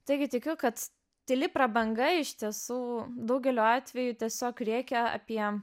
taigi tikiu kad tyli prabanga iš tiesų daugeliu atveju tiesiog rėkia apie